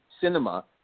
cinema